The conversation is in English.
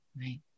Right